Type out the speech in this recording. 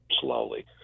slowly